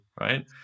right